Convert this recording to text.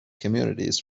communities